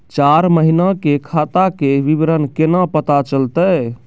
चार महिना के खाता के विवरण केना पता चलतै?